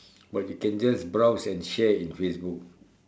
but you can just browse and share in Facebook